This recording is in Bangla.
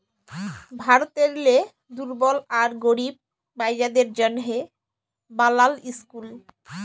ভারতেরলে দুর্বল আর গরিব মাইয়াদের জ্যনহে বালাল ইসকুল